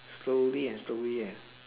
slowly and slowly eh